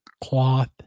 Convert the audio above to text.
cloth